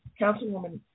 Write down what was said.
Councilwoman